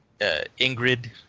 Ingrid